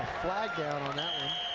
flag down on that one.